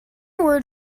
word